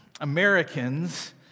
Americans